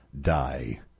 die